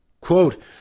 Quote